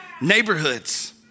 neighborhoods